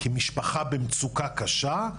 למשפחה במצוקה קשה,